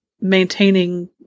maintaining